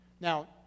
Now